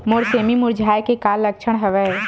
मोर सेमी मुरझाये के का लक्षण हवय?